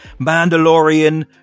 Mandalorian